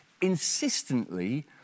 insistently